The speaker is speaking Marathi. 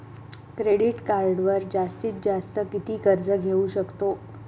क्रेडिट कार्डवर जास्तीत जास्त किती कर्ज घेऊ शकतो?